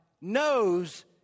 knows